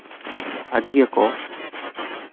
ᱟᱹᱰᱤ ᱜᱮᱠᱚ